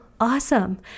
awesome